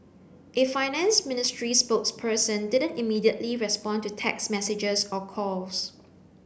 a finance ministry spokesperson didn't immediately respond to text messages or calls